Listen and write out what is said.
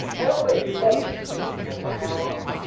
how much space and for how long?